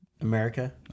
America